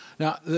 Now